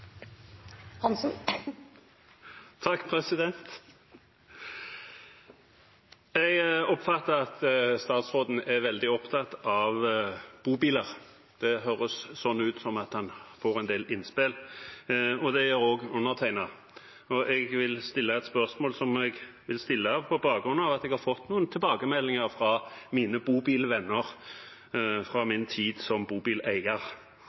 veldig opptatt av bobiler. Det høres ut som om han får en del innspill, og det gjør også undertegnede. Jeg vil stille et spørsmål, som jeg vil stille på bakgrunn av at jeg har fått noen tilbakemeldinger fra mine bobilvenner fra min tid som bobileier.